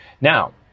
Now